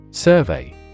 Survey